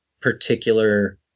particular